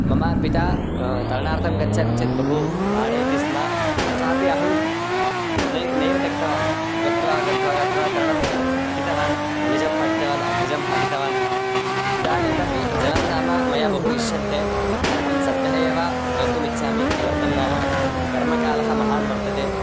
मम पिता तरणार्थं गच्छामि चेत् बहु ताडयति स्म तथापि अहं नैव नैव त्यक्तवान् गत्वा गत्वा गत्वा तरणं पठितवान् अनुजं पाठितवान् अग्रजं पाठितवान् इदानीमपि जलं नाम मह्यं बहु इष्यते अहं सद्यः एव गन्तुम् इच्छामि किमर्थं नाम गर्मकालः महान् वर्तते